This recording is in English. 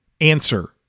answer